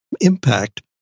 impact